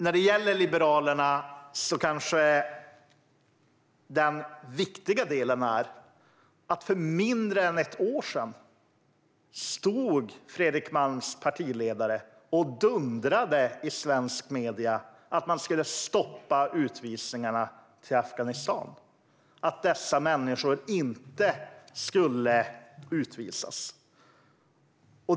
När det gäller Liberalerna kanske det viktigaste är att för mindre än ett år sedan stod Fredrik Malms partiledare och dundrade i svenska medier att man skulle stoppa utvisningarna till Afghanistan.